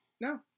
No